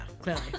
clearly